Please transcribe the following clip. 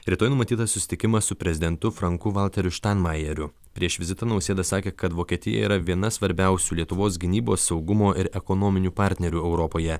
rytoj numatytas susitikimas su prezidentu franku valteriu štainmajeriu prieš vizitą nausėda sakė kad vokietija yra viena svarbiausių lietuvos gynybos saugumo ir ekonominių partnerių europoje